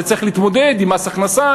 צריך להתמודד עם מס הכנסה,